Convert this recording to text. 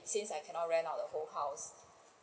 since I cannot rent out the whole house